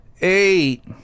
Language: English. eight